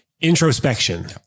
Introspection